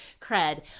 cred